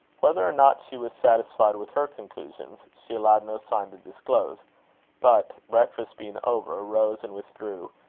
whether or not she was satisfied with her conclusions, she allowed no sign to disclose but, breakfast being over, rose and withdrew,